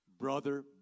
brother